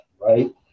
right